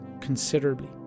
considerably